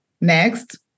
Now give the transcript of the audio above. next